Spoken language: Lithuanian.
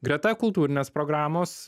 greta kultūrinės programos